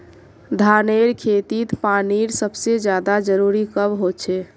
धानेर खेतीत पानीर सबसे ज्यादा जरुरी कब होचे?